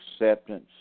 acceptance